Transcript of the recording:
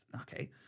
Okay